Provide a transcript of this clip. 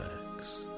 relax